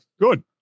Good